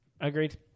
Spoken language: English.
Agreed